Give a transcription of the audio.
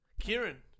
Kieran